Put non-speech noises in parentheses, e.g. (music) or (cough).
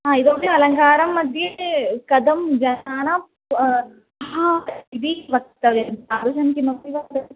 हा इतोपि अलङ्कारम्मध्ये कथं जनानाम् (unintelligible) इति वक्तव्यम् तादृशं किमपि वक्तुम्